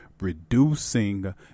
Reducing